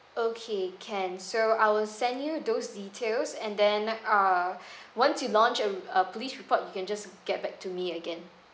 okay can so I will send you those details and then uh once you launch a a police report you can just get back to me again